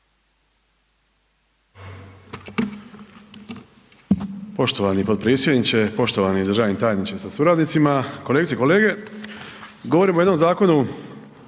poštovani potpredsjedniče, poštovani državni tajniče sa suradnicom, kolegice i kolege. Uvijek je ovako